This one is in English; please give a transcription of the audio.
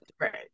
Right